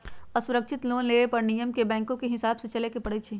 असुरक्षित लोन लेबे पर नियम के बैंकके हिसाबे से चलेए के परइ छै